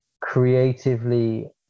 creatively